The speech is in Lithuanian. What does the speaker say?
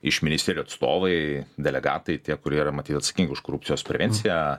iš ministerijų atstovai delegatai tie kurie yra matyt atsakingi už korupcijos prevenciją